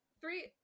Three